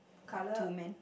colour